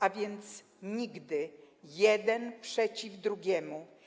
A więc nigdy: jeden przeciw drugiemu.